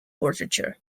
portraiture